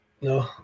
No